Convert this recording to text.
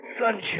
Sunshine